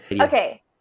okay